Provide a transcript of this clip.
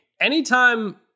anytime